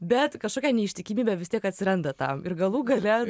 bet kažkokia neištikimybė vis tiek atsiranda tam ir galų gale